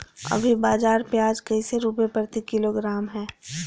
अभी बाजार प्याज कैसे रुपए प्रति किलोग्राम है?